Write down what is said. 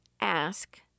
ask